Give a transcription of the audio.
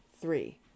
three